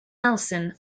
nelson